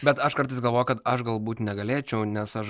bet aš kartais galvoju kad aš galbūt negalėčiau nes aš